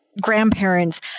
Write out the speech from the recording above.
grandparents